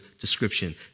description